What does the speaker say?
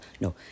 No